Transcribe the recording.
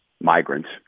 migrants